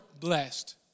blessed